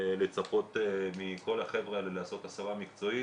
לצפות מכל החבר'ה האלה לעשות הסבה מקצועית.